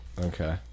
Okay